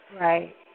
Right